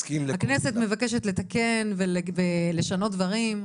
הכנסת מבקשת לתקן ולשנות דברים.